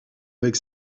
avec